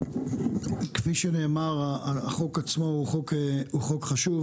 כפי שנאמר, החוק עצמו הוא חוק חשוב.